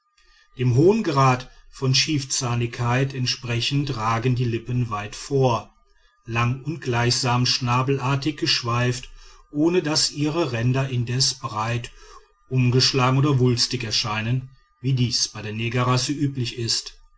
dem hohen grad von schiefzahnigkeit entsprechend ragen die lippen weit vor lang und gleichsam schnabelartig geschweift ohne daß ihre ränder indes breit umgeschlagen oder wulstig erscheinen wie dies bei der negerrasse üblich ist